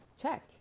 check